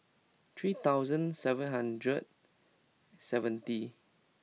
three thousand seven hundred seventy